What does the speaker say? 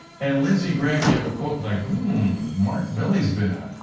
and lizzy grant gave quote like mark milley's been a